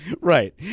Right